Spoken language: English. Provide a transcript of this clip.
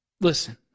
listen